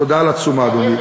תודה על התשומה, אדוני.